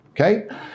okay